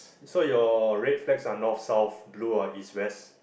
so your red flags are north south blue are East West